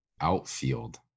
outfield